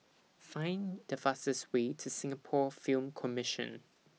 Find The fastest Way to Singapore Film Commission